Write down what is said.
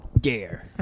dare